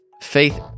faith